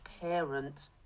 parent